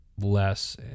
Less